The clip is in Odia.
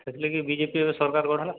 ସେଥିଲାଗି ବିଜେପିର ସରକାର୍ ଗଢ଼ା ହେଲା